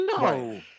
No